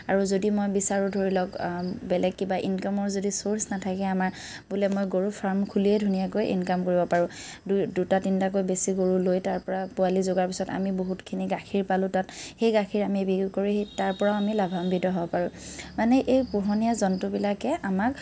আৰু যদি মই বিচাৰোঁ ধৰি লওক বেলেগ কিবা ইনকামৰ যদি চ'ৰ্চ নাথাকে আমাৰ বোলে মই গৰু ফাৰ্ম খুলিয়েই ধুনীয়াকৈ ইনকাম কৰিব পাৰোঁ দু দুটা তিনিটাকৈ বেছি গৰু লৈ তাৰপৰা পোৱালী জগাৰ পিছত আমি বহুতখিনি গাখীৰ পালোঁ তাত সেই গাখীৰ আমি বিক্ৰী কৰি সেই তাৰপৰাও আমি লাভান্বিত হ'ব পাৰোঁ মানে এই পোহনীয়া জন্তুবিলাকে আমাক